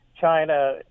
China